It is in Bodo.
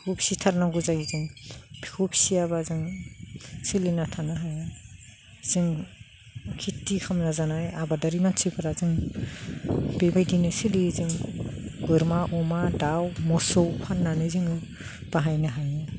बेखौ फिसिथारनांगौ जायो जों बेखौ फिसियाबा जों सोलिना थानो हाया जों खेति खालामना जानाय आबादारि मानसिफोरा जों बेबायदिनो सोलियो जों बोरमा अमा दाउ मोसौ फाननानै जोङो बाहायनो हायो